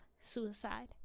suicide